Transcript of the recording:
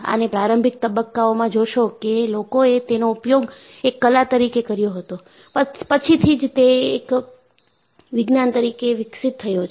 આને પ્રારંભિક તબક્કાઓમાં જોશો કે લોકોએ તેનો ઉપયોગ એક કલા તરીકે કર્યો હતો પછીથી જ તે એક વિજ્ઞાન તરીકે વિકસિત થયો છે